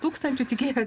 tūkstančiu tiki